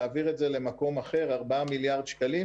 להעביר את זה למקום אחר, ארבעה מיליארד שקלים.